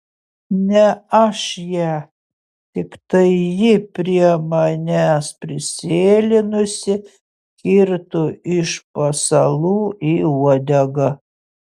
ne aš ją tiktai ji prie manęs prisėlinusi kirto iš pasalų į uodegą